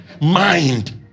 mind